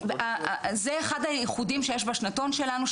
אז זה אחד הייחודים שיש בשנתון שלנו,